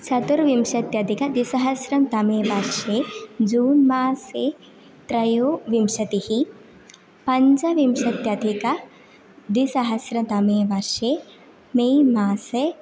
चतुर्विंशत्यधिकद्विसहस्रं तमे वर्षे ज़ून् मासे त्रयोविंशतिः पञ्चविंशत्यधिकद्विसहस्रतमे वर्षे मे मासे